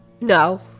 No